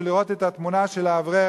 לראות את התמונה של האברך,